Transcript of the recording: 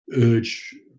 urge